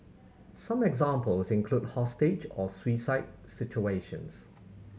some examples include hostage or suicide situations